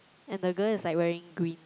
and the girl is like wearing green